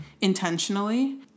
intentionally